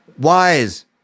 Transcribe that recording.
wise